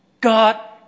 God